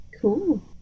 Cool